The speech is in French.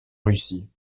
russie